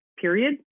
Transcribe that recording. period